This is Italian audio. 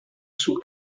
sul